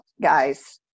guys